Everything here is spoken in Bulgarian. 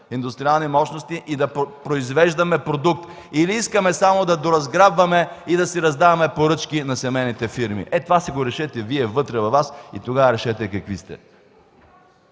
индустриални мощности и да произвеждаме продукт, или искаме само да доразграбваме и да си раздаваме поръчки на семейните фирми. Ето, това си го решете Вие, вътре във Вас, и тогава решете какви сте!